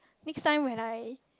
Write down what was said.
next time when I